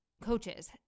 coaches